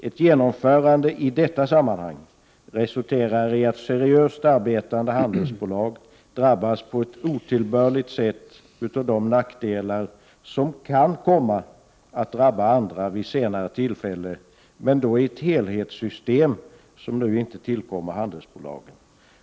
Ett genomförande i dettq sammanhang resulterar i att seriöst arbetande handelsbolag drabbas på et otillbörligt sätt av de nackdelar som kan komma att drabba andra vid senarq tillfälle men då i ett helhetssystem som nu inte omfattar handelsbolagen.